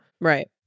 Right